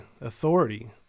authority